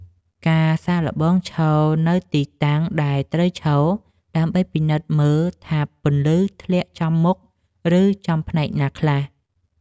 ការសាកល្បងឈរនៅទីតាំងដែលត្រូវឈរ ដើម្បីពិនិត្យមើលថាពន្លឺធ្លាក់ចំមុខ ឬចំផ្នែកណាខ្លះ។